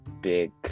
big